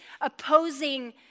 opposing